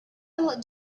been